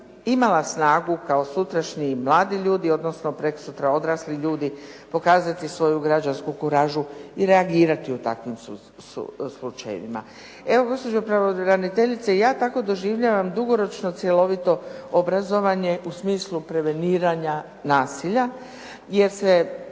imala snagu kao sutrašnji mladi ljudi odnosno prekosutra odrasli ljudi pokazati svoju građansku kuražu i reagirati u takvim slučajevima. Evo, gospođo pravobraniteljice ja tako doživljavam dugoročno cjelovito obrazovanje u smislu preveniranja nasilja jer se